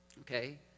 okay